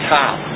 top